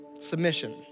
submission